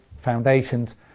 foundations